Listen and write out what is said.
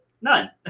none